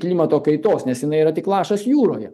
klimato kaitos nes jinai yra tik lašas jūroje